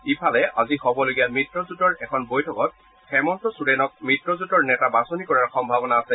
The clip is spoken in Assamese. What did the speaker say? ইফালে আজি হ'বলগীয়া মহামিত্ৰজোঁটৰ এখন বৈঠকত হেমন্ত ছোৰেনক মিত্ৰজোঁটৰ নেতা বাছনি কৰাৰ সম্ভাৱনা আছে